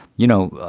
you know,